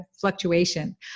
fluctuation